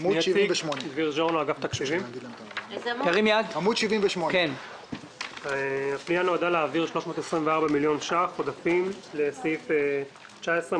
עמוד 78. הפנייה נועדה להעביר 324 מיליון שקלים עודפים לסעיף 19,